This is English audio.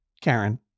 Karen